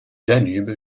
danube